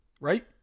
right